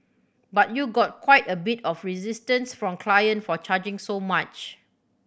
but you got quite a bit of resistance from client for charging so much